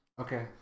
Okay